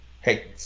Hey